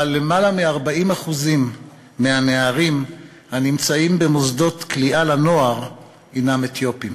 אבל למעלה מ-40% מהנערים הנמצאים במוסדות כליאה לנוער הם אתיופים.